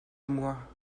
moi